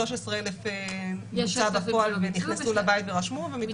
13,000 בוצע בפועל ונכנסו לבית ורשמו ומתוך זה.